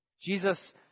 Jesus